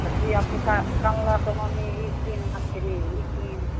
तऽ धिआपुता कनलक मम्मी ई कीन मछरी ई कीन